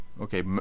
okay